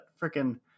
freaking